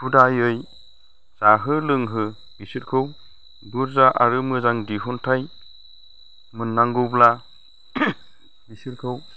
हुदायै जाहो लोंहो बिसोरखौ बुरजा आरो मोजां दिहुन्थाय मोननांगौब्ला बिसोरखौ